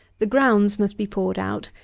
the grounds must be poured out,